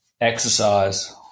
Exercise